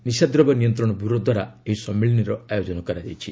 ନିଶାଦ୍ରବ୍ୟ ନିୟନ୍ତ୍ରଣ ବ୍ୟରୋ ଦ୍ୱାରା ଏହି ସମ୍ମିଳନୀର ଆୟୋଜନ କରାଯାଇଛି